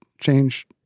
change